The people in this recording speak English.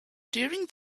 during